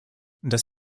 das